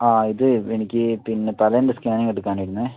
ആ ഇത് എനിക്ക് പിന്നെ തലേൻ്റ സ്കാനിംഗ് എടുക്കാൻ ആയിരുന്നേ